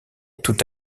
tout